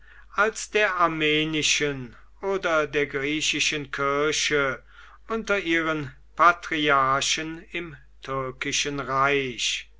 als der armenischen oder der griechischen kirche unter ihren patriarchen im türkischen reich